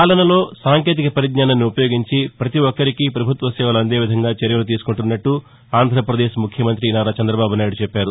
పాలనలో సాకేంతిక పరిజ్ఞాన్ని ఉపయోగించి పతి ఒక్కరికీ పభుత్వ సేవలు అందేవిధంగా చర్యలు తీసుకుంటున్నట్టు ఆంధ్రాపదేశ్ ముఖ్యమంతి నారా చంద్రబాబునాయుడు అన్నారు